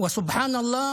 והשבח לאל,